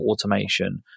automation